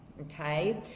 okay